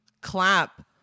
clap